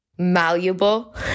malleable